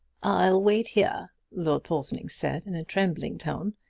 i'll wait here, lord porthoning said in a trembling tone.